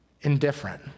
indifferent